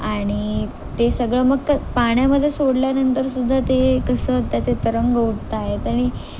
आणि ते सगळं मग पाण्यामध्ये सोडल्यानंतरसुद्धा ते कसं त्याचे तरंग उठत आहेत आणि